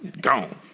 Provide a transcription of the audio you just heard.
gone